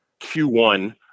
Q1